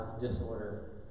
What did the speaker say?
disorder